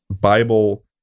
Bible